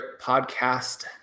podcast